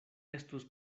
estus